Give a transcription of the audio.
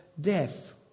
death